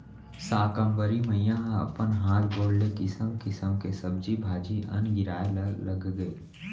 साकंबरी मईया ह अपन हात गोड़ ले किसम किसम के सब्जी भाजी, अन्न गिराए ल लगगे